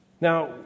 Now